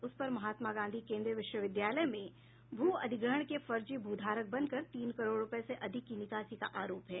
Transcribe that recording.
उस पर महात्मा गांधी केन्द्रीय विश्वविद्यालय में भू अधिग्रहण के फर्जी भूधारक बनकर तीन करोड़ रूपये से अधिक की निकासी का आरोप है